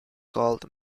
called